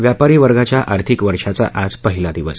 व्यापारी वर्गाच्या आर्थिक वर्षाचा आज पहिला दिवस